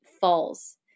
falls